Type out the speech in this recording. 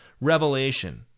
revelation